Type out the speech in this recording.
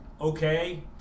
okay